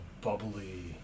bubbly